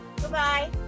goodbye